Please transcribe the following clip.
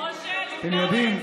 אתם יודעים,